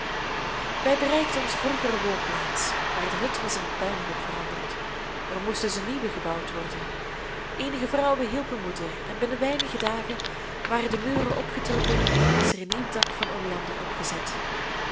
wij bereikten onze vroegere woonplaats maar de hut was in een puinhoop veranderd er moest dus een nieuwe gebouwd worden eenige vrouwen hielpen moeder en binnen weinige dagen waren de muren opgetrokken en was er een nieuw dak van oleander op